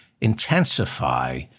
intensify